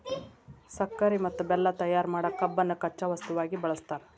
ಸಕ್ಕರಿ ಮತ್ತ ಬೆಲ್ಲ ತಯಾರ್ ಮಾಡಕ್ ಕಬ್ಬನ್ನ ಕಚ್ಚಾ ವಸ್ತುವಾಗಿ ಬಳಸ್ತಾರ